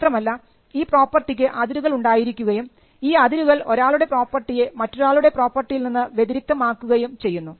മാത്രമല്ല ഈ പ്രോപ്പർട്ടിക്ക് അതിരുകൾ ഉണ്ടായിരിക്കുകയും ഈ അതിരുകൾ ഒരാളുടെ പ്രോപ്പർട്ടിയെ മറ്റൊരാളുടെ പ്രോപ്പർട്ടിയിൽനിന്ന് വ്യതിരിക്തമാക്കുകയും ചെയ്യുന്നു